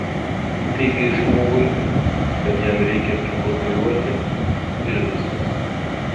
įteigei žmogui kad jam reikia priburbuliuoti ir viskas